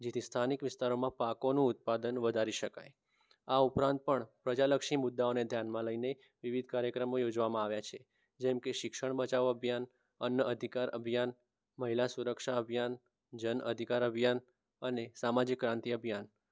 જેથી સ્થાનિક વિસ્તારોમાં પાકોનું ઉત્પાદન વધારી શકાય આ ઉપરાંત પણ પ્રજાલક્ષી મુદ્દાઓને ધ્યાનમાં લઇને વિવિધ કાર્યક્રમો યોજવામાં આવ્યા છે જેમ કે શિક્ષણ બચાવો અભિયાન અન્ન અધિકાર અભિયાન મહિલા સુરક્ષા અભિયાન જન અધિકાર અભિયાન અને સામાજિક ક્રાંતિ અભિયાન